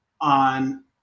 on